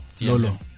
Lolo